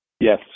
yes